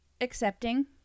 accepting